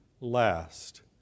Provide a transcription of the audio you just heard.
last